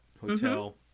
Hotel